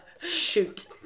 Shoot